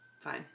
Fine